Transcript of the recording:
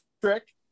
trick